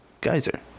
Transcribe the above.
Geyser